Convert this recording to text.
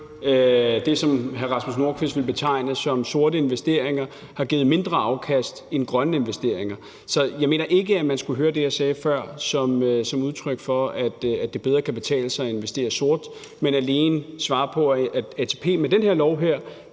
det, som hr. Rasmus Nordqvist vil betegne som sorte investeringer, har givet mindre afkast end grønne investeringer. Så jeg mener ikke, at man skulle høre det, jeg sagde før, som et udtryk for, at det bedre kan betale sig at investere sort. Det var alene et svar på, at ATP med den her lov vil